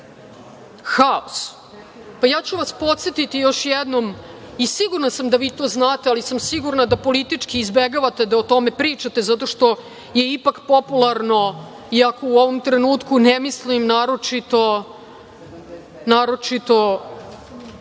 haos, ja ću vas podsetiti još jednom i sigurna sam da vi to znate, ali sam sigurna da politički izbegavate da o tome pričate zato što je ipak popularno, iako u ovom trenutku ne mislim naročito